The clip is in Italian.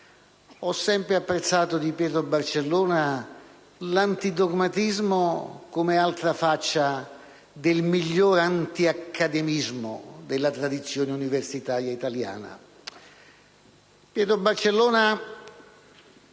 ho sempre apprezzato di Pietro Barcellona l'antidogmatismo come altra faccia del miglior antiaccademismo della tradizione universitaria italiana. Pietro Barcellona